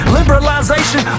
Liberalization